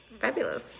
Fabulous